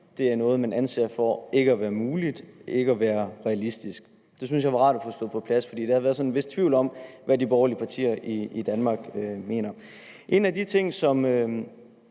det er noget, man anser for ikke at være muligt, ikke at være realistisk. Det synes jeg var rart at få slået fast og få på plads, for der har været sådan en vis tvivl om, hvad de borgerlige partier i Danmark mente. En af de ting, som